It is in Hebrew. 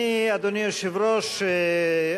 אדוני היושב-ראש,